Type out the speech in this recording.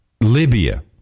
Libya